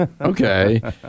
Okay